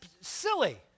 silly